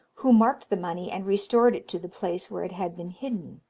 who marked the money and restored it to the place where it had been hidden.